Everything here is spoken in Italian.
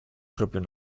proprio